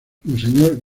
monseñor